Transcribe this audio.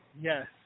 yes